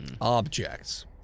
objects